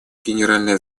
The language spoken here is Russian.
генеральная